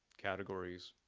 categories,